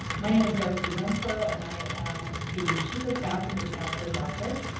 my name is darcy renfro. and i am the chief of staff of the chancellor's office.